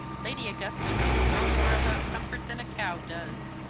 lady augusta knows no more about comfort than a cow does,